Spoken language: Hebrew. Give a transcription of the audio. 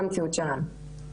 באמת, זו המציאות שלנו.